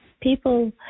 people